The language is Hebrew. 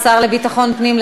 השר לביטחון פנים,